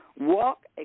Walk